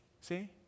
See